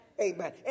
Amen